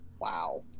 Wow